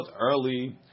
early